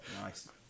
Nice